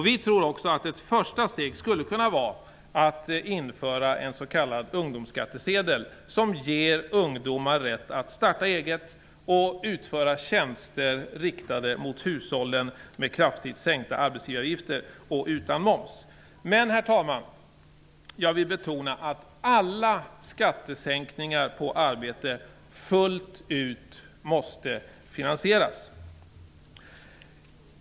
Vi tror också att ett första steg skulle kunna vara att införa en s.k. ungdomsskattsedel, som ger ungdomar rätt att starta eget och utföra tjänster riktade mot hushållen med kraftigt sänkta arbetsgivaravgifter och utan moms. Men, herr talman, jag vill betona att alla skattesänkningar på arbete fullt ut måste finansieras.